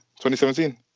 2017